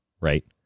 Right